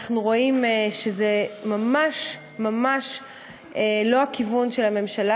אנחנו רואים שזה ממש ממש לא הכיוון של הממשלה,